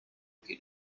get